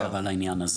לא לכל הסעיף.